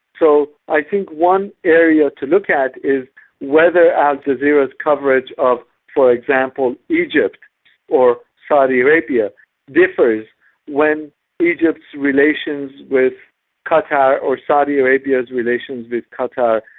so i think one area to look at is whether al jazeera's coverage of, for example, egypt or saudi arabia differs when egypt's relations with qatar, or saudi arabia's relations with qatar,